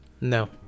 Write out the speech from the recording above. No